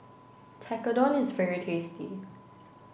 Tekkadon is very tasty